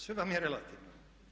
Sve vam je relativno.